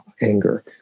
anger